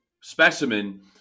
specimen